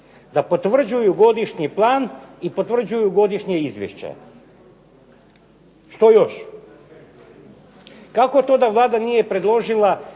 Da potvrđuju godišnji plan i potvrđuju godišnje izvješće. Što još? Kako to da Vlada nije predložila